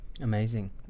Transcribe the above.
amazing